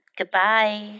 goodbye 。